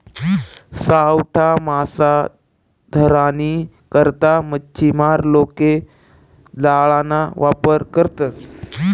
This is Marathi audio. सावठा मासा धरानी करता मच्छीमार लोके जाळाना वापर करतसं